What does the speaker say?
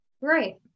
Right